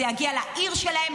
זה יגיע לעיר שלהם,